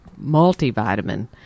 multivitamin